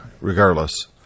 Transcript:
Regardless